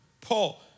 Paul